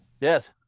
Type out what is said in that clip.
Yes